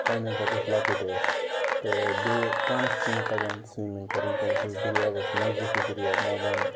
پانہٕ یمہِ ساتہٕ أسۍ لَکٕٹۍ ٲسۍ تہٕ بیٚیہِ پانَس چھِ مےٚ تَگان سُوِمِنٛگ کَرٕنۍ کیازکہِ أسۍ ٲسۍ دٔریاوَس نَزدیٖکھٕے دریاو ماگام